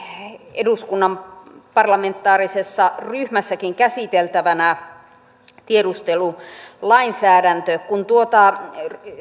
eduskunnan parlamentaarisessa ryhmässäkin käsiteltävänä tiedustelulainsäädäntö kun tuota